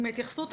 עם ההתייחסות,